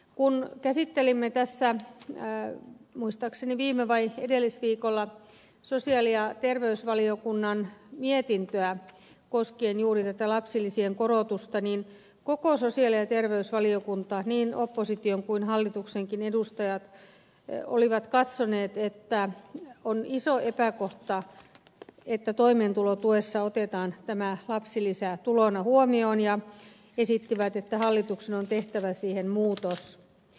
kun käsittelimme tässä muistaakseni viime tai edellisviikolla sosiaali ja terveysvaliokunnan mietintöä koskien juuri tätä lapsilisien korotusta niin koko sosiaali ja terveysvaliokunta niin opposition kuin hallituksenkin edustajat oli katsonut että on iso epäkohta että toimeentulotuessa otetaan tämä lapsilisä tulona huomioon ja esittivät että hallituksen on tehtävä siihen muutos